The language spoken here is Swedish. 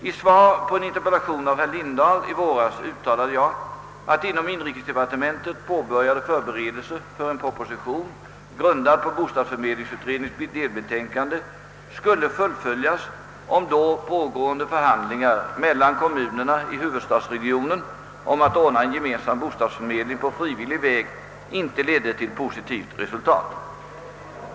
I svar på en interpellation av herr Lindahl i våras uttalade jag att inom inrikesdepartementet påbörjade förberelser för en proposition, grundad på bostadsförmedlingsutredningens delbetänkande, skulle fullföljas, om då pågående förhandlingar mellan kommunerna i huvudstadsregionen om att ordna en gemensam bostadsförmedling på frivillig väg inte ledde till positivt resultat.